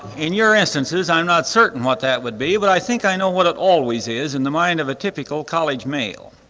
in your instances, i'm not certain what that would be, but i think i know what it always is in the mind of a typical college male.